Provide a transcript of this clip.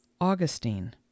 Augustine